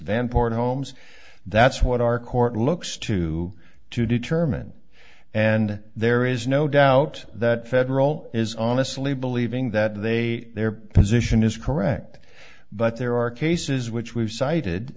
van port homes that's what our court looks to to determine and there is no doubt that federal is honestly believing that they their position is correct but there are cases which we've cited